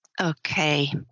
Okay